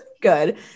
good